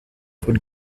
von